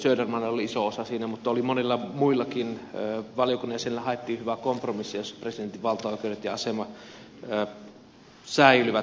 södermanilla oli iso osa siinä mutta oli monilla muillakin valiokunnan jäsenillä jossa haettiin hyvää kompromissia jossa presidentin valtaoikeudet ja asema säilyvät